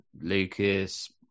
Lucas